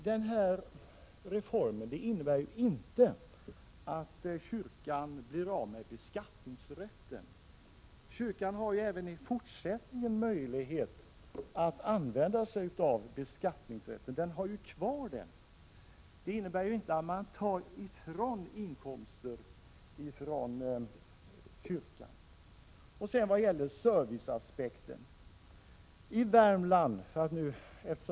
Den här reformen innebär inte att kyrkan blir av med sin beskattningsrätt, utan man kommer även i fortsättningen att ha kvar den rätten. Kyrkan fråntas således inte några inkomster. Så några ord om serviceaspekten.